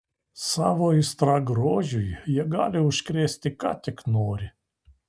savo aistra grožiui jie gali užkrėsti ką tik nori